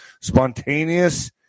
spontaneous